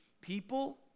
people